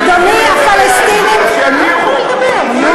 אדוני, הפלסטינים, אני לא יכולה לדבר.